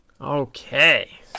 Okay